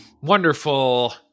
wonderful